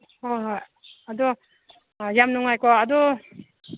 ꯍꯣꯏ ꯍꯣꯏ ꯑꯗꯣ ꯌꯥꯝ ꯅꯨꯡꯉꯥꯏꯀꯣ ꯑꯗꯣ